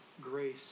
grace